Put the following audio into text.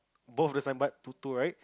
both the signboard two two right